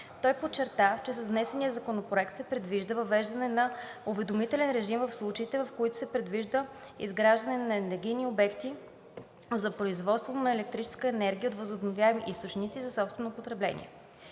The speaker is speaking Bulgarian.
Той подчерта, че с внесения законопроект се предвижда въвеждане на уведомителен режим в случаите, в които се предвижда изграждане на енергийни обекти за производство на електрическа енергия от възобновяеми източници за собствено потребление.